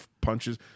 punches